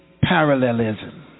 parallelism